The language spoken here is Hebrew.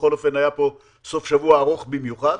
בכל אופן, היה פה סוף שבוע ארוך במיוחד.